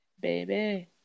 baby